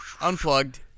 unplugged